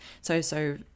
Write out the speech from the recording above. so-so